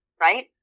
right